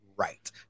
Right